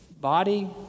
body